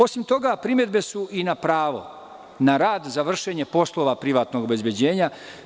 Osim toga, primedbe su i na pravo na rad za vršenje poslova privatnog obezbeđenja.